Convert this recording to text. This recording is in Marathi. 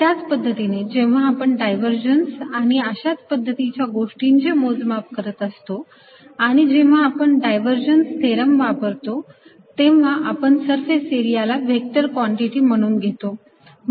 त्याच पद्धतीने जेव्हा आपण डायव्हरजन्स आणि अशाच पद्धतीच्या गोष्टींचे मोजमाप करत असतो आणि जेव्हा आपण डायव्हरजन्स थेरम वापरतो तेव्हा आपण सरफेस एरियाला व्हेक्टर कॉन्टिटी म्हणून घेतो